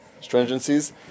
stringencies